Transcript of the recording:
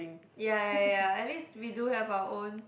ya ya ya at least we do have our own